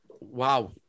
Wow